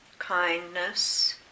Kindness